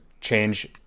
change